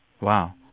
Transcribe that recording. Wow